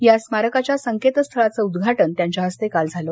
या स्मारकाच्या संकेतस्थळाचं उद्घाटन त्यांच्या हस्ते काल झालं